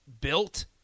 built